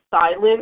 silent